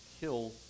kill